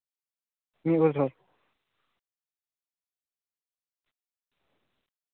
ᱢᱤᱫ ᱵᱚᱪᱷᱚᱨ